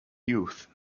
youth